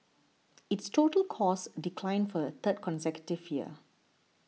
its total costs declined for the third consecutive year